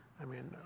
i mean,